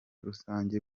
rusange